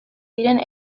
diren